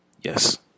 Yes